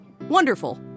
Wonderful